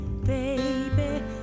Baby